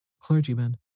clergyman